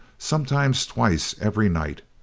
sometimes twice, every night.